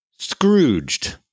Scrooged